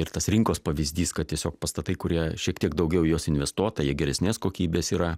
ir tas rinkos pavyzdys kad tiesiog pastatai kurie šiek tiek daugiau į jos investuota jie geresnės kokybės yra